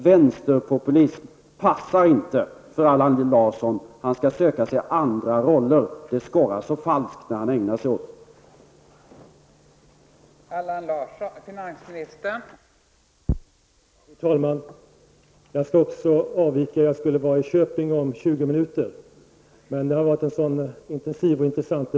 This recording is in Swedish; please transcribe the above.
Vänsterpopulism passar inte för Allan Larsson. Han bör söka sig andra roller. Det skorrar så falskt när han ägnar sig åt det.